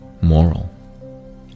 moral